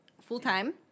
full-time